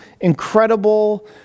incredible